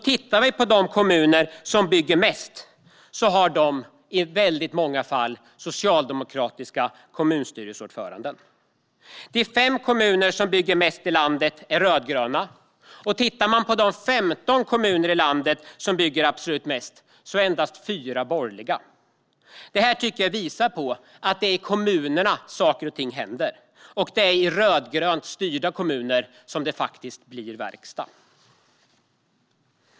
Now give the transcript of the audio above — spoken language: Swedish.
Tittar vi på de kommuner som bygger mest ser vi att de i många fall har socialdemokratiska kommunstyrelseordförande. De 5 kommuner som bygger mest i landet är rödgröna, och av de 15 kommuner i landet som bygger absolut mest är endast 4 borgerliga. Det här tycker jag visar på att det är i kommunerna saker och ting händer, och det är i rödgrönt styrda kommuner som det faktiskt blir verkstad.